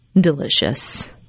delicious